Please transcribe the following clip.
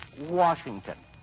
Washington